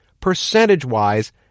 Percentage-wise